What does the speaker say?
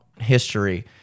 history